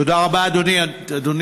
תודה רבה, אדוני.